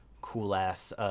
cool-ass